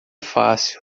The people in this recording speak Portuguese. fácil